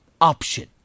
option